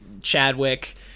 Chadwick